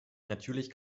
natürlich